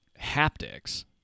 haptics